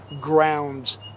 grounds